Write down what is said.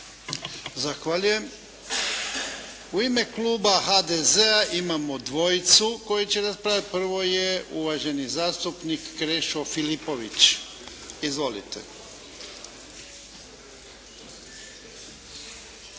Zahvaljujem. U ime kluba HDZ-a imamo dvojicu koji će raspravljati. Prvo je uvaženi zastupnik Krešo Filipović. Izvolite.